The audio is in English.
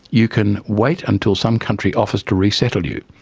you can wait until some country offers to resettle you.